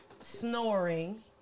snoring